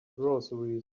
groceries